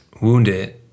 wounded